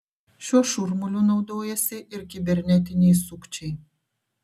šiuo šurmuliu naudojasi ir kibernetiniai sukčiai